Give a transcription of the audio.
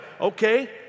Okay